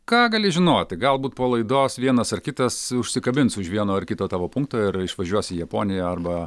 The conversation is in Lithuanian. ką gali žinoti galbūt po laidos vienas ar kitas užsikabins už vieno ar kito tavo punkto ir išvažiuos į japoniją arba